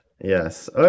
Yes